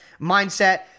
mindset